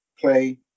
play